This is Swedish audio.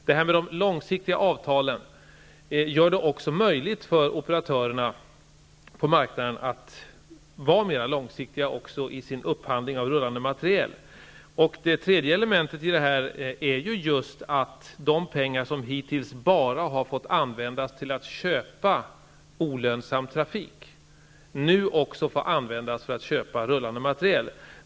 De långsiktiga avtalen gör det möjligt för operatörerna på marknaden att vara mer långsiktiga också i sin upphandling av rullande materiel. Till detta kommer att de pengar som hittills bara har fått användas till köp av olönsam trafik nu också får användas till köp av rullande materiel.